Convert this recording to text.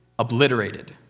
Obliterated